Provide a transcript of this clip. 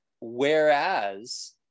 Whereas